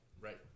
Right